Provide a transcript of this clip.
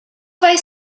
vai